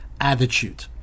attitude